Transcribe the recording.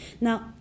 Now